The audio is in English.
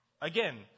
Again